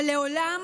אבל לעולם,